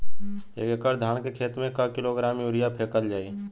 एक एकड़ धान के खेत में क किलोग्राम यूरिया फैकल जाई?